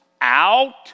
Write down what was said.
out